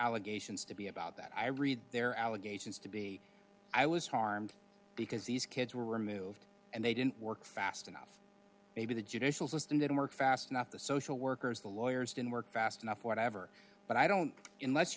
allegations to be about that i read their allegations to be i was harmed because these kids were removed and they didn't work fast enough maybe the judicial system didn't work fast not the social workers the lawyers didn't work fast enough whatever but i don't inle